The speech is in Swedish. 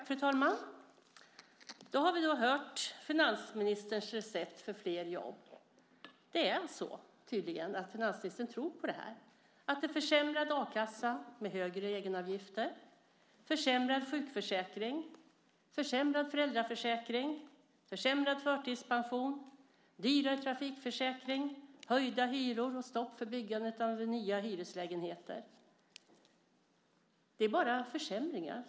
Fru talman! Vi har hört finansministerns recept för flera jobb. Det är tydligen så att finansministern tror på detta. Det är försämrad a-kassa med högre egenavgifter, försämrad sjukförsäkring, försämrad föräldraförsäkring, försämrad förtidspension, dyrare trafikförsäkring, höjda hyror och stopp för byggandet av nya hyreslägenheter. Det är bara försämringar.